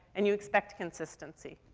and you expect consistency,